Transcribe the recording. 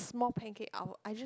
small pancake our I just